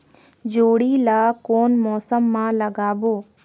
जोणी ला कोन मौसम मा लगाबो?